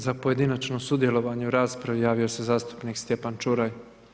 Za pojedinačno sudjelovanje u raspravi javio se zastupnik Stjepan Čuraj.